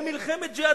ג'יהאד.